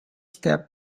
step